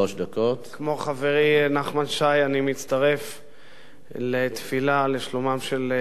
כמו חברי נחמן שי אני מצטרף לתפילה לשלומם של הפצועים,